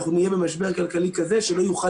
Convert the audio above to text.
אנחנו נהיה במשבר כלכלי כזה שלא יוכל